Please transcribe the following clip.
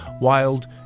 Wild